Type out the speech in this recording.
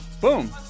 Boom